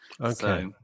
okay